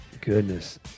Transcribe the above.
Goodness